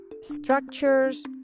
structures